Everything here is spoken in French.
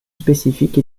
spécifique